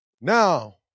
Now